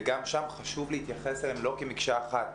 וגם שם חשוב להתייחס אליהם לא כמקשה אחת.